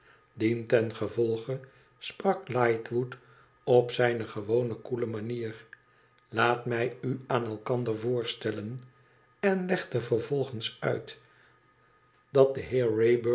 dientengevolge sprak lightwood op zijne gewone koele manier laat mij u aan elkander voorstellen en legde vervolgens uit dat de